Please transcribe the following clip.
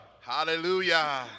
Hallelujah